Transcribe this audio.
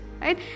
right